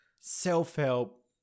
Self-help